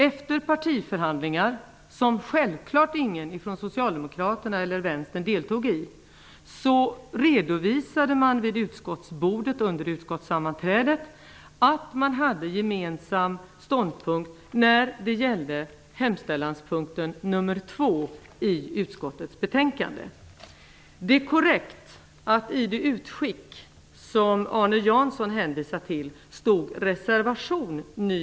Efter partiförhandlingar, som självklart ingen från Socialdemokraterna eller Vänsterpartiet deltog i, redovisade man vid utskottsbordet under utskottssammanträdet att man hade en gemensam ståndpunkt när det gällde hemställanspunkten nr 2 Det är korrekt att det i det utskick som Arne Jansson hänvisar till stod ''reservation ''.